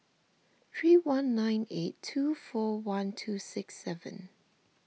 three one nine eight two four one two six seven